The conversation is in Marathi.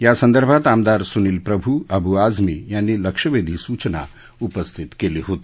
यासंदर्भात आमदार सुनिल प्रभू अबु आझमी यांनी लक्षवेधी सूचना उपस्थित केली होती